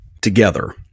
together